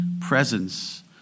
presence